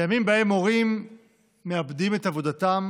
בימים שבהם הורים מאבדים את עבודתם